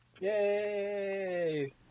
Yay